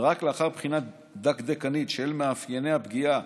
ורק לאחר בחינה דקדקנית של מאפייני הפגיעה